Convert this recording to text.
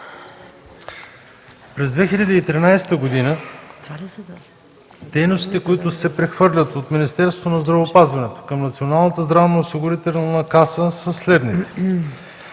През 2013 г. дейностите, които се прехвърлят от Министерството на здравеопазването към Националната здравноосигурителна каса, са следните: